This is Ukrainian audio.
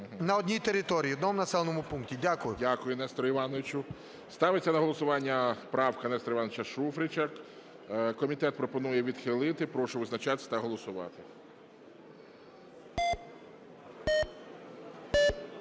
на одній території, в одному населеному пункті. Дякую. ГОЛОВУЮЧИЙ. Дякую, Несторе Івановичу. Ставиться на голосування правка Нестора Івановича Шуфрича. Комітет пропонує відхилити. Прошу визначатись та голосувати.